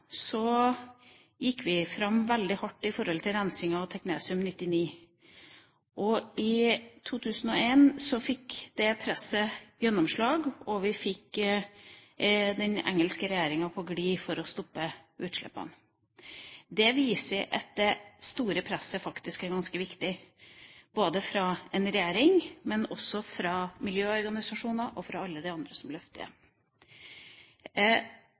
gikk vi veldig hardt ut når det gjaldt rensing av teknesium-99. I 2001 fikk det presset gjennomslag, og vi fikk den engelske regjeringa på glid i å stoppe utslippene. Det viser at et stort press faktisk er ganske viktig, ikke bare fra ei regjering, men også fra miljøorganisasjoner og fra alle de andre som løfter dette. Dette er ikke bare tenkte ting. Det